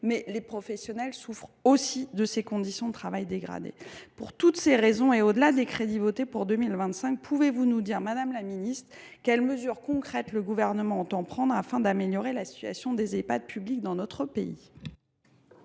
mais les professionnels souffrent aussi de la dégradation de leurs conditions de travail. Pour toutes ces raisons, au delà des crédits votés pour 2025, pouvez vous nous dire, madame la ministre, quelles mesures concrètes le Gouvernement entend prendre afin d’améliorer la situation des Ehpad publics dans notre pays ?